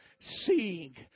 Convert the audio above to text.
seeing